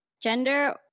gender